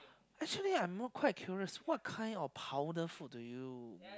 actually I'm more quite curious what kind of powder food do you